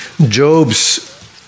Job's